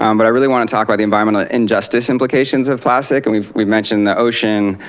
um but i really want to talk about the environmental injustice implications of plastic. and we've we've mentioned the ocean,